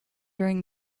during